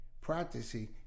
practicing